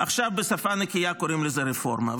עכשיו בשפה נקייה קוראים לזה רפורמה.